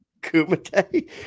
Kumite